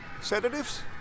sedatives